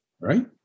Right